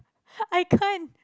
I can't